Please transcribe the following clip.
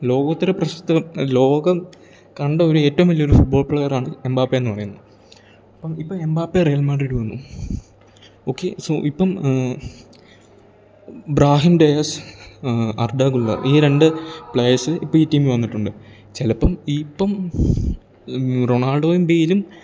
ലോകോത്തര പ്രശസ്തം ലോകം കണ്ട ഒരു ഏറ്റോം വലിയ ഒരു ഫുട്ബോൾ പ്ലെയറാണ് എമ്പാപ്പേന്ന് പറയുന്നത് അപ്പം ഇപ്പം എമ്പാപ്പെ റെയൽ മാൻഡ്രിഡ്ഡ് വന്നു ഓക്കെ സോ ഇപ്പം ബ്രാഹിം ഡേയസ് അർഡാഗുള്ള ഈ രണ്ട് പ്ലെയേസ്സ് ഇപ്പം ഈ ടീമി വന്നിട്ടുണ്ട് ചിലപ്പം ഇപ്പം റൊണാൾഡോയും ബേയ്ലും